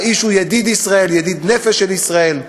האיש הוא ידיד ישראל, ידיד נפש של ישראל,